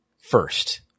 first